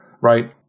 right